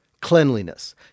cleanliness